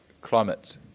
climate